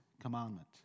commandment